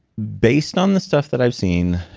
based on the stuff that i've seen,